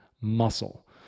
muscle